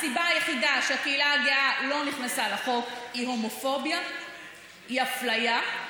הסיבה היחידה לכך שהקהילה הגאה לא נכנסה לחוק היא הומופוביה והיא אפליה.